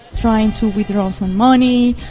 trying to withdraw some money,